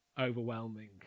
overwhelming